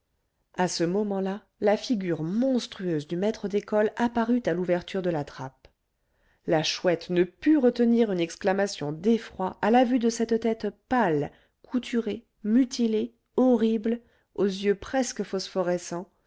à ce moment-là la figure monstrueuse du maître d'école apparut à l'ouverture de la trappe la chouette ne put retenir une exclamation d'effroi à la vue de cette tête pâle couturée mutilée horrible aux yeux presque phosphorescents